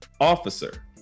officer